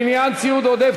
לעניין ציוד עודף,